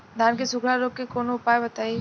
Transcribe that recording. धान के सुखड़ा रोग के कौनोउपाय बताई?